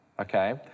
okay